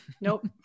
Nope